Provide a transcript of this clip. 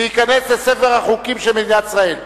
וייכנס לספר החוקים של מדינת ישראל.